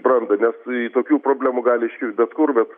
brandą nes tokių problemų gali iškilti bet kur bet